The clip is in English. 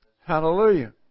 Hallelujah